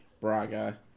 Braga